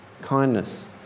kindness